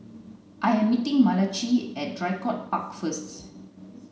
I am meeting Malachi at Draycott Park first